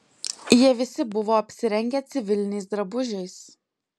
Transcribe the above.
jie visi buvo apsirengę civiliniais drabužiais